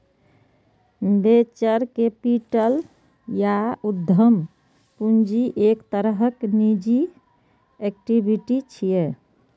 venture capital या उद्यम पूंजी एक तरहक निजी इक्विटी छियै